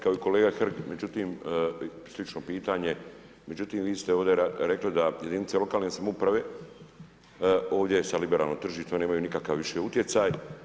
Kao i kolega Hrg, međutim slično pitanje, međutim vi ste ovdje rekli da jedinice lokalne samouprave ovdje sa liberalnim tržištem nemaju nikakav više utjecaj.